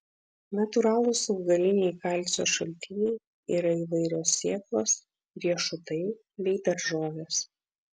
natūralūs augaliniai kalcio šaltiniai yra įvairios sėklos riešutai bei daržovės